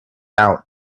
out